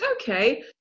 Okay